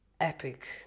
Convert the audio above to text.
epic